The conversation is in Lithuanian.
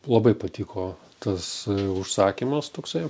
labai patiko tas užsakymas toksai